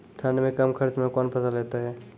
ठंड मे कम खर्च मे कौन फसल होते हैं?